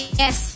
yes